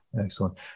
Excellent